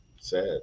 sad